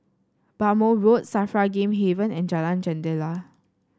Bhamo Road Safra Game Haven and Jalan Jendela